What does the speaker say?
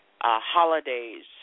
holidays